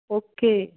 okay